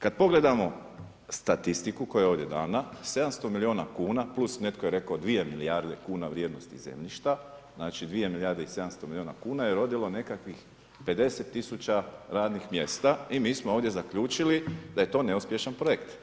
Kada pogledamo statistiku koja je ovdje dana, 700 milijuna kuna plus netko je rekao dvije milijarde kuna vrijednosti zemljišta, znači dvije milijarde i 700 milijuna kuna je rodilo nekakvih 50 tisuća radnih mjesta i mi smo ovdje zaključili da je to neuspješan projekt.